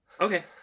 Okay